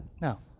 Now